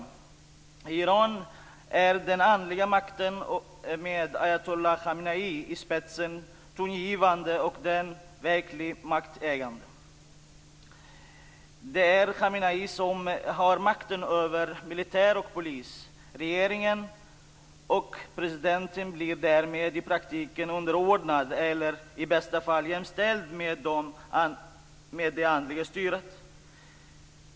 I Iran är den andliga makten med ayatolla Khamenei i spetsen tongivande och den verkligt maktägande. Det är Khamenei som har makten över militär och polis. Regeringen och presidenten blir därmed i praktiken underordnad eller i bästa fall jämställd med det andliga styret.